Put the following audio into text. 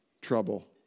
trouble